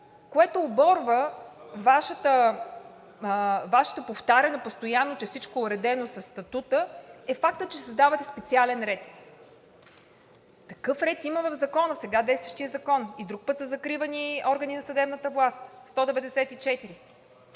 което оборва Вашето повтаряне постоянно, че всичко е уредено със статута, е фактът, че създавате специален ред. Такъв ред има в Закона, в сега действащия закон – и друг път са закривани органи на съдебната власт –